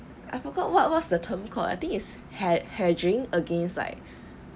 I forgot what was the term called I think it's hedge hedging against like